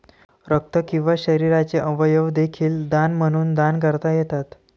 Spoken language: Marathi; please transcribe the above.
रक्त किंवा शरीराचे अवयव देखील दान म्हणून दान करता येतात